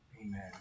Amen